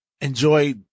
enjoy